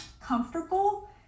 comfortable